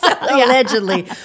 Allegedly